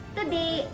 today